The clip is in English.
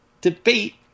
debate